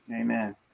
Amen